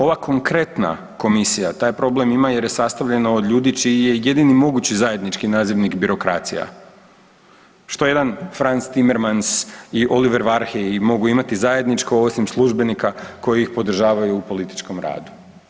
Ova konkretna Komisija taj problem ima jer je sastavljena od ljudi čiji je jedini mogući zajednički nazivnik birokracija što je jedan Franz Zimmermanns i Oliver Verhelyi mogu imati zajedničko osim službenika koji ih podržavaju u političkom radu.